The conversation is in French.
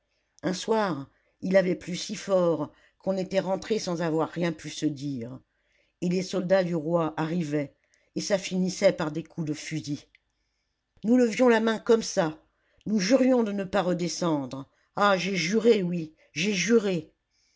un soir il avait plu si fort qu'on était rentré sans avoir rien pu se dire et les soldats du roi arrivaient et ça finissait par des coups de fusil nous levions la main comme ça nous jurions de ne pas redescendre ah j'ai juré oui j'ai juré